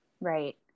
Right